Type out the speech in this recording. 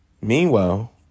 Meanwhile